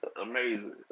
amazing